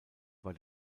war